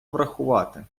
врахувати